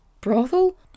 brothel